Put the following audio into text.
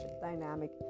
dynamic